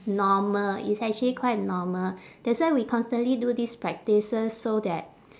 normal it's actually quite normal that's why we constantly do these practices so that